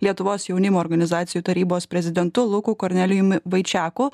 lietuvos jaunimo organizacijų tarybos prezidentu luku kornelijumi vaičiaku